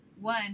one